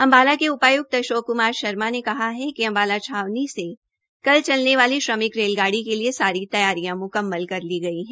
अम्बाला के उपाय्क्त अशोक क्मार शर्मा ने कहा कि अम्बाला छावनी से कल चलने वाली श्रमिक रेलगाड़ी के लिए सारी तैयारियां मुकम्मल कर ली गई है